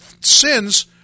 sins